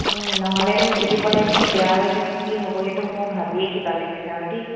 নহ'লেনো খেতি পথাৰখিনি বেয়া হয় কিনে কি হ'বগেইটো মোৰ ভাবিয়েই কিবা লাগিছে আৰু দেই